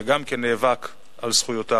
שגם כן נאבק על זכויותיו.